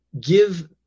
give